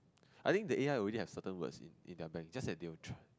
I think the A_I already have certain words in in their bank just that they will try